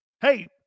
Hey